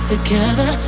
Together